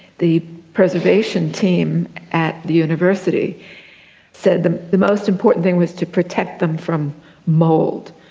the preservation team at the university said the the most important thing was to protect them from mould,